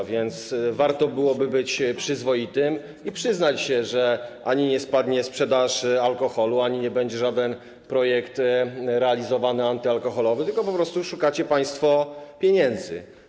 A więc warto byłoby być przyzwoitym i przyznać się, że ani nie spadnie sprzedaż alkoholu, ani nie będzie realizowany żaden projekt antyalkoholowy, tylko po prostu szukacie państwo pieniędzy.